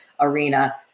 arena